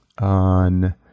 on